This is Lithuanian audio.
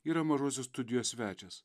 yra mažosios studijos svečias